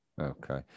Okay